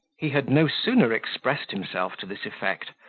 he had no sooner expressed himself to this effect,